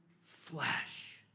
flesh